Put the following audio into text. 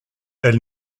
elle